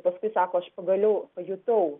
paskui sako aš pagaliau pajutau